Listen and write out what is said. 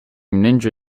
ninja